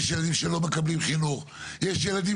יש ילדים שלא מקבלים חינוך יש ילדים